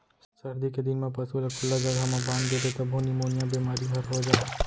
सरदी के दिन म पसू ल खुल्ला जघा म बांध देबे तभो निमोनिया बेमारी हर हो जाथे